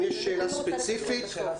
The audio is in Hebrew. אם יש שאלה ספציפית, בבקשה.